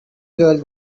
girl